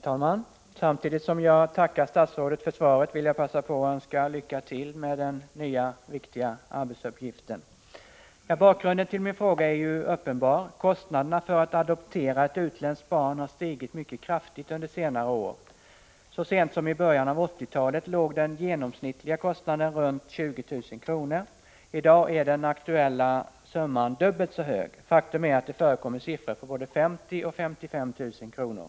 Herr talman! Samtidigt som jag tackar statsrådet för svaret vill jag passa på och önska lycka till med den nya viktiga arbetsuppgiften. Bakgrunden till min fråga är uppenbar: Kostnaderna för att adoptera ett utländskt barn har stigit mycket kraftigt under senare år. Så sent som i början av 1980-talet låg den genomsnittliga kostnaden runt 20 000 kr. I dag är den aktuella summan dubbelt så hög. Faktum är att det förekommer uppgifter om både 50 000 och 55 000 kr.